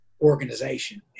organization